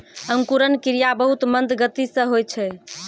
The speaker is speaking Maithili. अंकुरन क्रिया बहुत मंद गति सँ होय छै